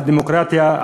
על דמוקרטיה,